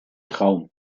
traum